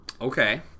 Okay